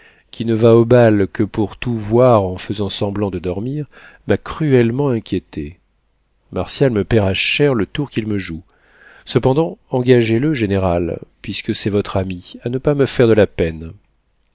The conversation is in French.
qui ne va au bal que pour tout voir en faisant semblant de dormir m'a cruellement inquiétée martial me paiera cher le tour qu'il me joue cependant engagez le général puisque c'est votre ami à ne pas me faire de la peine